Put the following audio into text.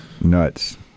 nuts